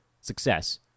success